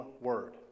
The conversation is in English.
word